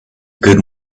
good